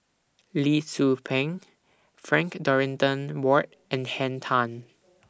Lee Tzu Pheng Frank Dorrington Ward and Henn Tan